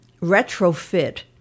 retrofit